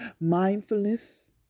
mindfulness